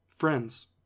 Friends